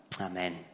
Amen